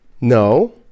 No